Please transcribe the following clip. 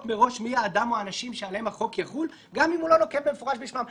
מראש מי האדם או האנשים שעליהם החוק יחול גם אם הוא לא נוקב במפורש בשמם.